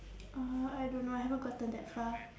uh I don't know I haven't gotten that far